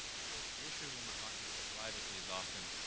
so the issue when we're talking about privacy is often,